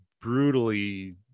brutally